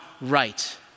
right